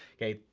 okay?